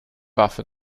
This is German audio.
waffe